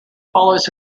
follows